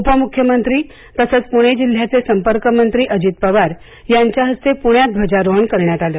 उपमुख्यमंत्री तथा पुणे जिल्ह्याचे संपर्कमंत्री अजित पवार यांच्या हस्ते पुण्यात ध्वजारोहण करण्यात आलं